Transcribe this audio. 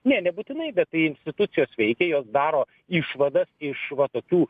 ne nebūtinai bet tai institucijos veikia jos daro išvadas iš va tokių